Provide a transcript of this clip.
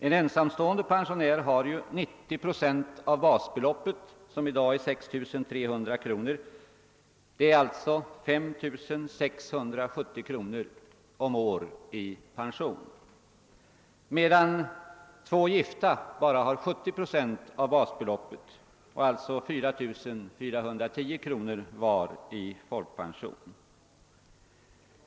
En ensamstående pensionär får 90 procent av basbeloppet, som i dag är 6 300 kronor, alltså 5670 kronor om året i pension, medan två gifta makar bara får 70 procent av basbeloppet, alltså 4410 kronor vardera i folkpension.